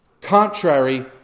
contrary